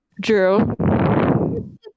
Drew